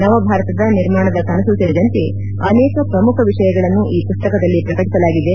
ನವಭಾರತದ ನಿರ್ಮಾಣದ ಕನಸು ಸೇರಿದಂತೆ ಅನೇಕ ಪ್ರಮುಖ ವಿಷಯಗಳನ್ನು ಈ ಪುಸ್ತಕದಲ್ಲಿ ಪ್ರಕಟಿಸಲಾಗಿದೆ